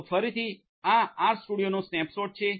તો ફરીથી આ આરસ્ટુડિયોનો સ્નેપશોટ છે